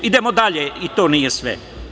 Idemo dalje, i to nije sve.